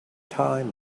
time